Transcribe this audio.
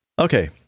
Okay